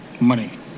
Money